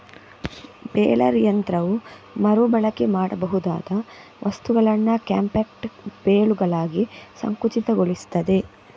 baler ಯಂತ್ರವು ಮರು ಬಳಕೆ ಮಾಡಬಹುದಾದ ವಸ್ತುಗಳನ್ನ ಕಾಂಪ್ಯಾಕ್ಟ್ ಬೇಲುಗಳಾಗಿ ಸಂಕುಚಿತಗೊಳಿಸ್ತದೆ